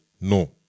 No